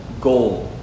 goal